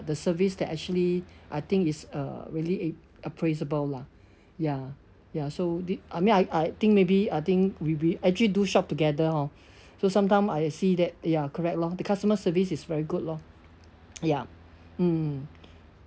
the service that actually I think it's uh really a appraisable lah ya ya so I mean I I think maybe I think we we actually do shop together hor so sometime I see that ya correct lor the customer service is very good lor ya mm